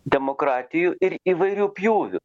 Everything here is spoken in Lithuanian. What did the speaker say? demokratijų ir įvairių pjūvių